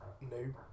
no